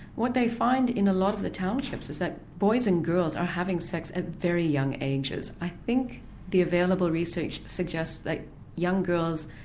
what they find in a lot of the townships is that boys and girls are having sex at very young ages, i think the available research suggests that young girls,